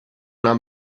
una